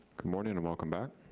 good morning and welcome back.